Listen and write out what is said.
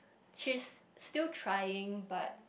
she's still trying but